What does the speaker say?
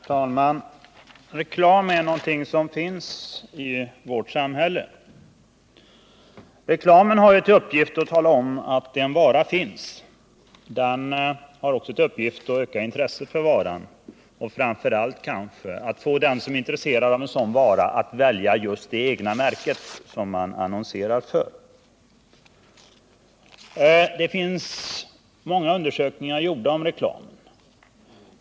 Herr talman! Reklam är någonting som finns i vårt samhälle. Reklamen har till uppgift att tala om att en vara finns. Den har också till uppgift att öka intresset för varan och kanske framför allt att få den som är intresserad av en sådan vara att välja just det märke som man annonserar för. Det finns många undersökningar om reklam.